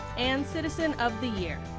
and citizen of the year.